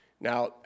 Now